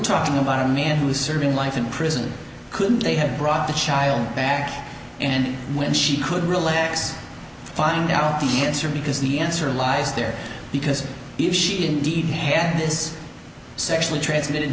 talking about a man who is serving life in prison couldn't they have brought the child back and when she could relax find out the answer because the answer lies there because if she indeed had this sexually transmitted